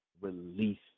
release